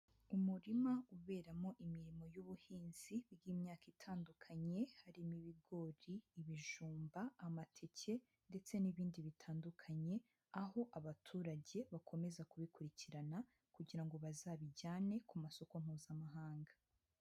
Umurima uberamo imirimo y'ubuhinzi bw'imyaka itandukanye harimo: ibigori, ibijumba, amateke ndetse n'ibindi bitandukanye, aho abaturage bakomeza kubikurikirana kugira ngo bazabijyane ku masoko Mpuzamahanga.